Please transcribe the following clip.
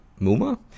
Muma